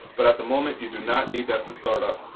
but at the moment you do not need that to start up.